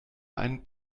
einen